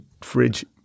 fridge